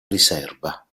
riserva